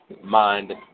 mind